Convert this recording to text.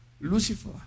Lucifer